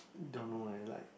don't know eh like